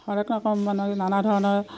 হৰ এক ৰকম মানে নানা ধৰণৰ